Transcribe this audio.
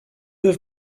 have